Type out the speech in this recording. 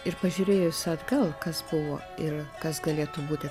ir pažiūrėjus atgal kas buvo ir kas galėtų būti